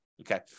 Okay